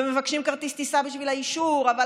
ומבקשים כרטיס טיסה בשביל האישור אבל